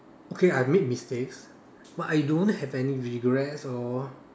okay I made mistakes but I don't have any regrets or